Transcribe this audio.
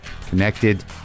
connected